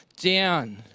down